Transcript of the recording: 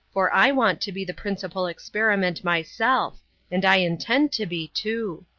for i want to be the principal experiment myself and i intend to be, too.